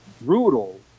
brutal